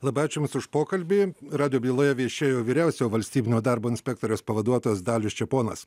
labai ačiū jums už pokalbį radijo byloje viešėjo vyriausiojo valstybinio darbo inspektoriaus pavaduotojas dalius čeponas